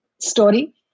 story